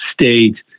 state